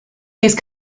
these